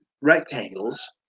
rectangles